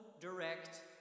direct